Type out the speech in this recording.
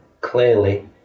clearly